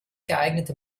geeignete